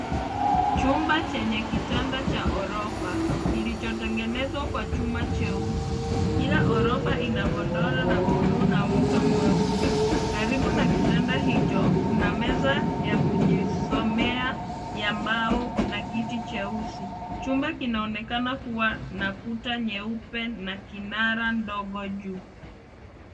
Chumba chenye kitanda cha ghorofa kilichotengenezwa kwa chuma cheusi. Kila ghorofa ina godoro la bluu na mto mweupe. Karibu na kitanda hicho, kuna meza ya kujisomea ya mbao na kiti cheusi. Chumba kinaonekana kuwa na kuta nyeupe na kinara ndogo juu.